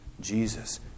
Jesus